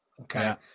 Okay